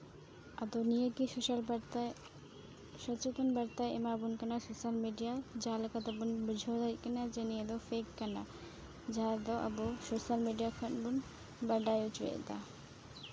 ᱟᱫᱚ ᱱᱤᱭᱟᱹᱜᱮ ᱥᱳᱥᱟᱞ ᱵᱟᱨᱛᱟᱭ ᱥᱚᱪᱮᱛᱚᱱ ᱵᱟᱨᱛᱟᱭ ᱮᱢᱟᱵᱚᱱ ᱠᱟᱱᱟ ᱥᱳᱥᱟᱞ ᱢᱤᱰᱤᱭᱟ ᱡᱟᱦᱟᱸ ᱞᱮᱠᱟ ᱛᱮᱵᱚᱱ ᱵᱩᱡᱷᱟᱹᱣ ᱫᱟᱲᱮᱜ ᱠᱟᱱᱟ ᱡᱮ ᱱᱤᱭᱟᱹ ᱫᱚ ᱯᱷᱮᱠ ᱠᱟᱱᱟ ᱡᱟᱦᱟᱸ ᱫᱚ ᱟᱵᱚ ᱥᱳᱥᱟᱞ ᱢᱤᱰᱤᱭᱟ ᱠᱷᱚᱱ ᱵᱚᱱ ᱵᱟᱰᱟᱭ ᱦᱚᱪᱚᱭᱮᱫᱟ